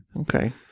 Okay